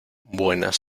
buenas